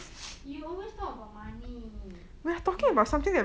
you always talk about money